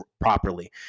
properly